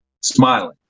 smiling